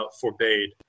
forbade